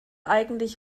eigentlich